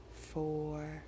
four